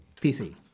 PC